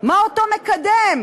מהו אותו מקדם.